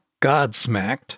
godsmacked